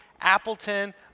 Appleton